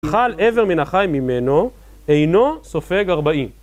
חל אבר מן החיים ממנו, אינו סופג ארבעים